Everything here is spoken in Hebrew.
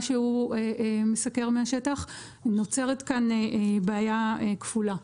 שהוא מסקר מהשטח נוצרת כאן בעיה כפולה.